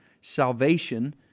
salvation